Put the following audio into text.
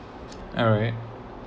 alright